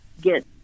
get